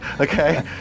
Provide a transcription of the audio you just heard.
okay